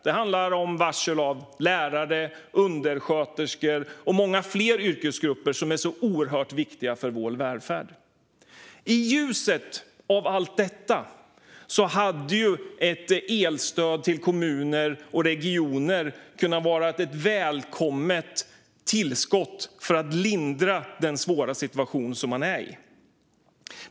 Det handlar om varsel av lärare, undersköterskor och många fler yrkesgrupper som är oerhört viktiga för vår välfärd. I ljuset av allt detta hade ett elstöd till kommuner och regioner kunnat vara ett välkommet tillskott för att lindra den svåra situation man är i.